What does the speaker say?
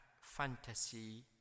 fantasy